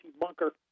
Bunker